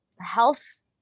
health